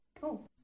Cool